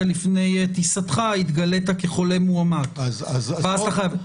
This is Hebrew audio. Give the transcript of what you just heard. לפני טיסתך התגלית כחולה מאומת ואז אתה חייב.